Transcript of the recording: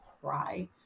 cry